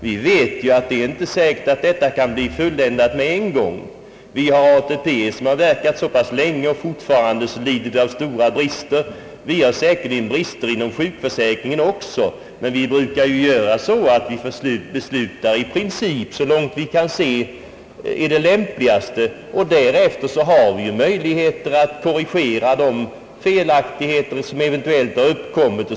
Vi vet att det inte är säkert, att en sådan här försäkring kan bli fulländad med en gång. Vi har ATP, som verkat så länge och fortfarande lider av stora brister. Vi har säkerligen brister inom sjukförsäkringen också. Men vi brukar besluta i princip, så långt vi kan se på det lämpligaste sättet, och sedan får vi med hjälp av olika erfarenheter korrigera de felaktigheter, som eventuellt uppkommit.